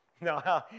No